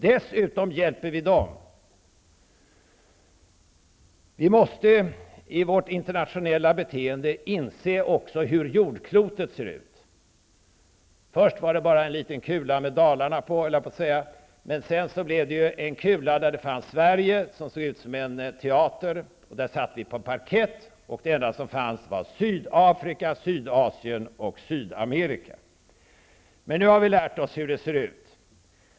Dessutom hjälper vi på det sättet Baltikum. Vi måste i vårt internationella beteende inse hur jordklotet ser ut. Först var det en liten kula med bara Dalarna på. Sedan blev det en kula där Sverige såg ut som en teater, där vi satt på parkett. För övrigt fanns bara Sydafrika, Sydasien och Sydamerika. Men nu har vi lärt oss hur jordklotet ser ut.